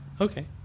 okay